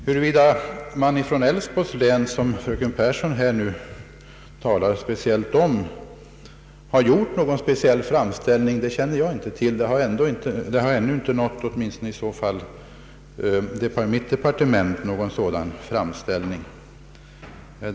Huruvida man från Älvsborgs län — som ju fröken Pehrsson här talar speciellt om — har gjort någon särskild framställning har inte kommit till min kännedom.